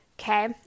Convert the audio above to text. Okay